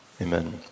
amen